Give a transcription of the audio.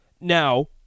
Now